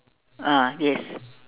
ah yes